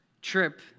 trip